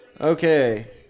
Okay